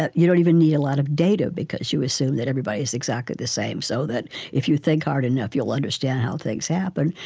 you don't even need a lot of data, because you assume that everybody is exactly the same, so that if you think hard enough you'll understand how things happen,